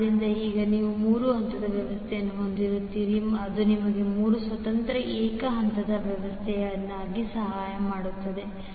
ಆದ್ದರಿಂದ ಈಗ ನೀವು 3 ಹಂತದ ವ್ಯವಸ್ಥೆಯನ್ನು ಹೊಂದಿರುತ್ತೀರಿ ಅದು ನಿಮಗೆ 3 ಸ್ವತಂತ್ರ ಏಕ ಹಂತದ ವ್ಯವಸ್ಥೆಗಳನ್ನು ಸಹ ನೀಡುತ್ತದೆ